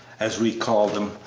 as we call them,